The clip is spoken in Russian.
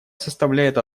составляет